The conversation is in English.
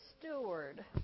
steward